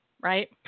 right